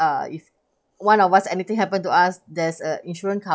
uh if one of us anything happen to us there's a insurance